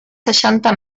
seixanta